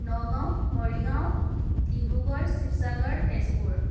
Nagaon Morigaon Dibrugarh Sivasagar Tezpur